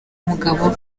mugabo